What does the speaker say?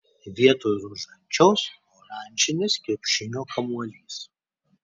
vietoj rožančiaus oranžinis krepšinio kamuolys